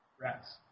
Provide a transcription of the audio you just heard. Rats